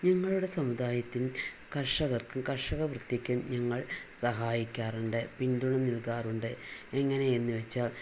ഞങ്ങളുടെ സമുദായത്തില് കര്ഷകര്ക്കും കര്ഷക വൃത്തിക്കും ഞങ്ങള് സഹായിക്കാറുണ്ട് പിന്തുണ നല്കാറുണ്ട് എങ്ങനെയെന്നു വെച്ചാ